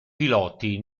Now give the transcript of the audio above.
piloti